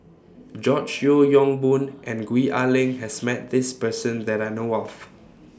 George Yeo Yong Boon and Gwee Ah Leng has Met This Person that I know of